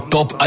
Top